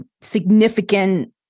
significant